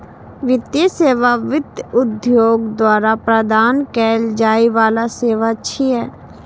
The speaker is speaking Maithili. वित्तीय सेवा वित्त उद्योग द्वारा प्रदान कैल जाइ बला सेवा छियै